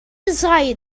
desire